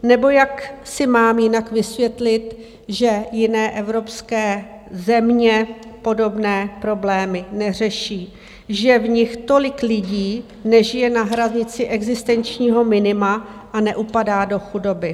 Nebo jak si mám jinak vysvětlit, že jiné evropské země podobné problémy neřeší, že v nich tolik lidí nežije na hranici existenčního minima a neupadá do chudoby?